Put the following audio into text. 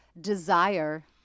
desire